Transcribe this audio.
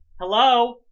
hello